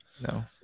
No